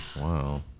Wow